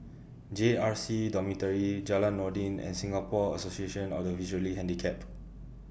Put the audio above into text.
J R C Dormitory Jalan Noordin and Singapore Association of The Visually Handicapped